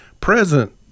present